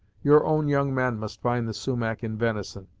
your own young men must find the sumach in venison,